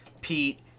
Pete